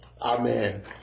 Amen